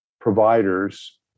providers